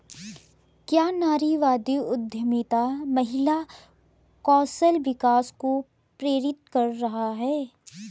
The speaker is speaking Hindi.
क्या नारीवादी उद्यमिता महिला कौशल विकास को प्रेरित कर रहा है?